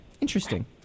Interesting